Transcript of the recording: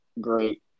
great